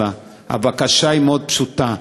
וגבול הצפון,